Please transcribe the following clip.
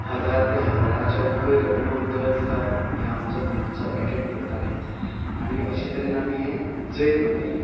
हजार ते हजाराच्या वयर लोक दर दिसा हे आमचो महोत्सव एटेंड करताले आनी अशें तरेन आमी हें जैत मनयलें